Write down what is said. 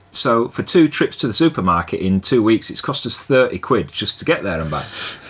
so for two trips to the supermarket in two weeks it's cost us thirty quid just to get there and back.